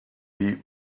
die